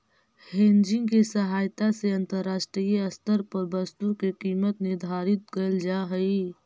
hedging के सहायता से अंतरराष्ट्रीय स्तर पर वस्तु के कीमत निर्धारित कैल जा हई